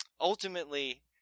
ultimately